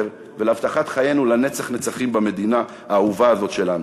ולהבטחת חיינו לנצח נצחים במדינה האהובה הזאת שלנו.